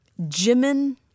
Jimin